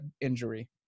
injury